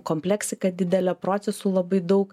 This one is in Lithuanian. kompleksika didelė procesų labai daug